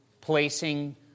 placing